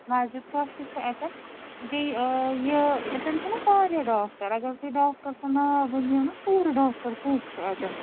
مسجِد کوٚس ہِش چھِ اتٮ۪ن بیٚیہِ آ یہِ اَتٮ۪ن چھُناہ واریاہ ڈاکٹر اگر تُہۍ ڈاکٹر سُنٛد ناو ؤنۍہِیٖو نا پوٗرٕ ڈاکٹر کُس چھُ اتٮ۪ن